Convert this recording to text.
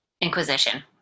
Inquisition